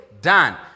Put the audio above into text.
done